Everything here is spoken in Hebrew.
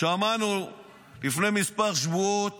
שמענו לפני כמה שבועות